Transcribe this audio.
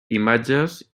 imatges